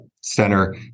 center